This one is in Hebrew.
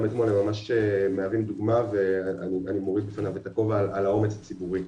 אתמול הם ממש מהווים דוגמא ואני מוריד בפניו את הכובע על האומץ הציבורי.